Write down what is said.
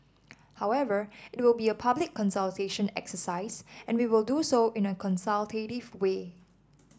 however it will be a public consultation exercise and we will do so in a consultative way